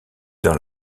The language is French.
dans